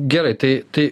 gerai tai tai